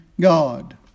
God